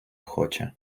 хоче